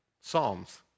Psalms